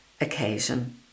occasion